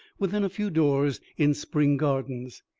within a few doors, in spring gardens.